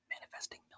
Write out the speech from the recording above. Manifesting